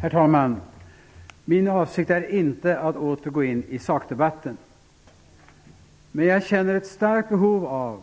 Herr talman! Min avsikt är inte att åter gå in i sakdebatten. Jag känner ett starkt behov av